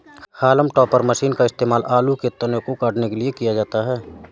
haulm topper machine का इस्तेमाल आलू के तने को काटने के लिए किया जाता है